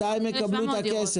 מתי הם יקבלו את הכסף?